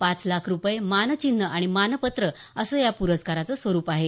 पाच लाख रुपये मानचिन्ह आणि मानपत्र असं या प्रस्काराचं स्वरूप आहे